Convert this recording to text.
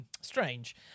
strange